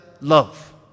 love